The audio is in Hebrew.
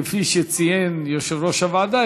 כפי שציין יושב-ראש הוועדה,